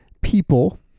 people